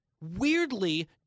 weirdly